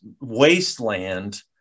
wasteland